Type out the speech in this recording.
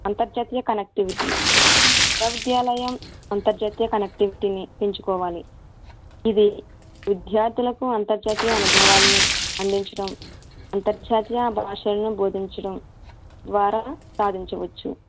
అంతర్జాతీయ కనెక్టివిటీ విశ్వవిద్యాలయం అంతర్జాతీయ కనెక్టవిటీని పెంచుకోవాలి ఇది విద్యార్థులకు అంతర్జాతీయ అనుభవాలను అందించడం అంతర్జాతీయ భాషలను బోధించడం ద్వారా సాధించవచ్చు